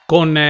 Con